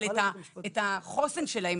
אבל את החוסן שלהם,